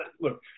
Look